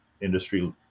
industry